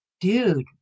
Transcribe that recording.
dude